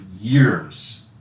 years